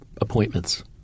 appointments